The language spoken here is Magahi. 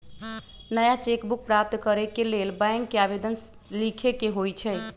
नया चेक बुक प्राप्त करेके लेल बैंक के आवेदन लीखे के होइ छइ